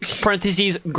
parentheses